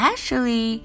Ashley